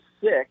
six